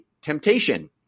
temptation